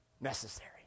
necessary